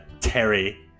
Terry